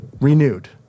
Renewed